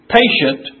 patient